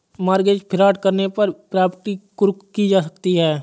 mortgage fraud करने पर property कुर्क की जा सकती है